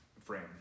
frame